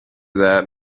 that